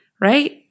Right